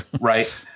right